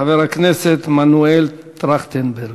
חבר הכנסת מנואל טרכטנברג.